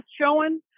showing